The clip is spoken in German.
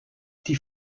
die